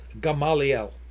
Gamaliel